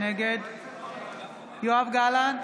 נגד יואב גלנט,